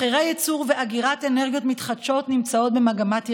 מחירי ייצור ואגירה של אנרגיות מתחדשות נמצאים במגמת ירידה.